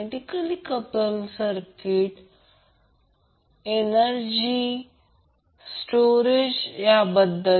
फक्त ती थोडीशी समज आणि गणिताचा अभ्यास आहे परंतु ही अगदी सोपी गोष्ट आहे